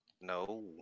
No